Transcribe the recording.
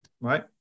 right